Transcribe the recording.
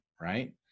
right